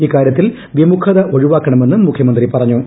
ഇക്കാര്യത്തിൽ വിമുഖത ഒഴിവാക്കണമെന്നും മുഖ്യമന്ത്രി പറഞ്ഞു